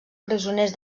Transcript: presoners